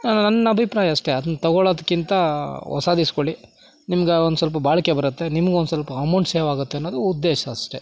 ನನ್ನ ಅಭಿಪ್ರಾಯ ಅಷ್ಟೆ ಅದ್ನ ತೊಗೊಳೋದ್ಕಿಂತ ಹೊಸಾದ್ ಇಸ್ಕೊಳ್ಳಿ ನಿಮ್ಗೆ ಒಂದು ಸ್ವಲ್ಪ ಬಾಳಿಕೆ ಬರತ್ತೆ ನಿಮ್ಗೆ ಒಂದು ಸ್ವಲ್ಪ ಅಮೌಂಟ್ ಸೇವ್ ಆಗತ್ತೆ ಅನ್ನೋದು ಉದ್ದೇಶ ಅಷ್ಟೆ